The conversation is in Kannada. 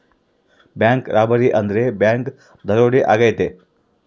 ಬ್ಯಾಂಕ್ ರಾಬರಿ ಅಂದ್ರೆ ಬ್ಯಾಂಕ್ ದರೋಡೆ ಆಗೈತೆ